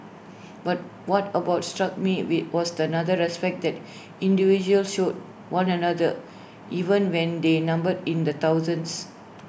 but what about struck me we was the respect that individuals showed one another even when they numbered in the thousands